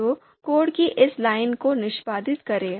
तो कोड की इस लाइन को निष्पादित करें